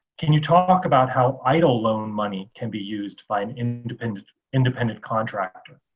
can you talk about how eidl loan money can be used by an independent independent contractor?